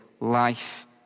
life